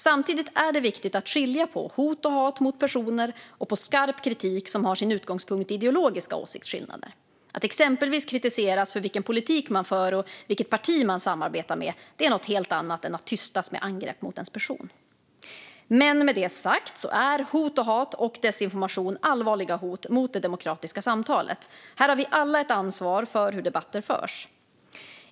Samtidigt är det viktigt att skilja på hot och hat mot personer och på skarp kritik som har sin utgångspunkt i ideologiska åsiktsskillnader. Att exempelvis kritiseras för vilken politik man för och vilket parti man samarbetar med är något helt annat än att tystas med angrepp mot ens person. Med det sagt är hot, hat och desinformation allvarliga hot mot det demokratiska samtalet. Här har vi alla ett ansvar för hur debatter förs.